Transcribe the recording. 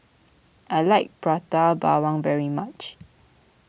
I like Prata Bawang very much